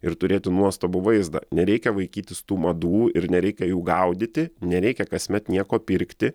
ir turėti nuostabų vaizdą nereikia vaikytis tų madų ir nereikia jų gaudyti nereikia kasmet nieko pirkti